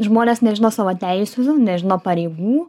žmonės nežino savo teisių nežino pareigų